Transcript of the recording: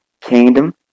kingdom